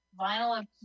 Vinyl